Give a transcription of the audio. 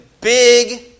big